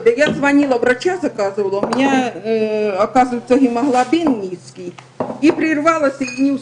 אני מתנצלת על זה שאיחרתי ואני מתנצלת על זה שאני אצטרך עוד מעט לצאת,